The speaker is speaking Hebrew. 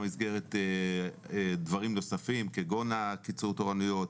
גם במסגרת דברים נוספים כגון קיצור התורנויות.